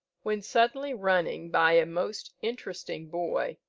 when suddenly running by a most interesting boy,